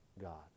God